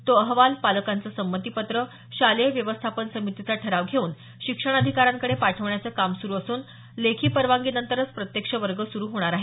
तो अहवाल पालकांचं संमतीपत्र शालेय व्यवस्थापन समितीचा ठराव घेऊन शिक्षण आधिकाऱ्यांकडे पाठवण्याचं काम सुरु असून लेखी परवानगी नंतरच प्रत्यक्ष वर्ग सुरू होणार आहेत